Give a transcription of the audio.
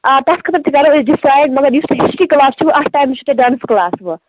آ تَتھ خٲطرٕ تہِ کَرو أسۍ ڈِسایِڈ مگر یُس تۄہہ ہسٹری کٕلاس چھُو اتھ ٹایمس چھُو تۄہہِ ڈانس کٕلاس وونۍ